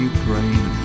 Ukraine